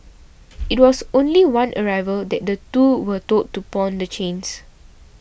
it was only one arrival that the two were told to pawn the chains